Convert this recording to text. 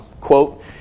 quote